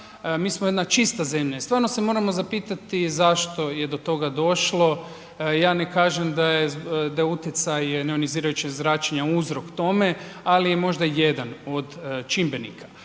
mi smo jedna čista zemlja i stvarno se moramo zapitati zašto je do toga došlo, ja ne kažem da je utjecaj neionizirajućeg zračenja uzrok tome, ali je možda jedan od čimbenika.